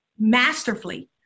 masterfully